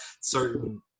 Certain